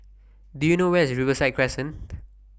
Do YOU know Where IS Riverside Crescent